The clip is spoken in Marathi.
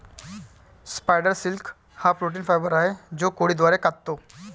स्पायडर सिल्क हा प्रोटीन फायबर आहे जो कोळी द्वारे काततो